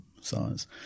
size